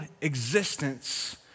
existence